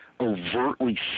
overtly